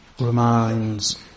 reminds